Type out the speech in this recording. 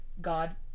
God